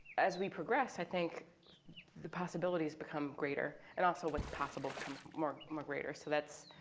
as we progress, i think the possibilities become greater, and also what's possible becomes more more greater. so that's